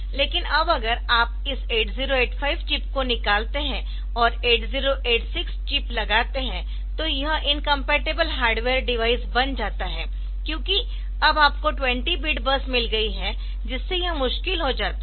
लेकिन अब अगर आप उस 8085 चिप को निकालते है और 8086 चिप लगाते है तो यह इनकम्पेटिबल हार्डवेयर डिवाइस बन जाता है क्योंकि अब आपको 20 बिट बस मिल गई है जिससे यह मुश्किल हो जाता है